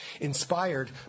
inspired